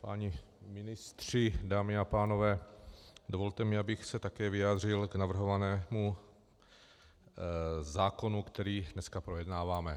Páni ministři, dámy a pánové, dovolte mi, abych se také vyjádřil k navrhovanému zákonu, který dneska projednáváme.